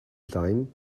time